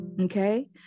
okay